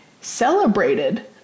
celebrated